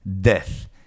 death